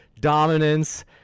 dominance